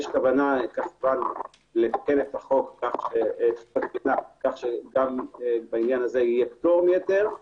יש כוונה לתקן את החוק כך שגם בעניין הזה יהיה פטור מהיתר.